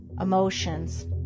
emotions